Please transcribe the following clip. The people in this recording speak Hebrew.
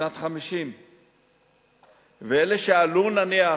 בשנת 1950. אלה שעלו, נניח,